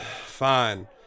Fine